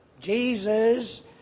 Jesus